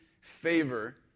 favor